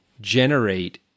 generate